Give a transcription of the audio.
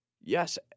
yes